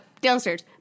downstairs